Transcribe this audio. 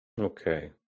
Okay